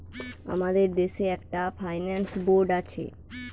আমাদের দেশে একটা ফাইন্যান্স বোর্ড আছে